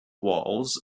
walls